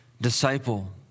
disciple